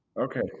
Okay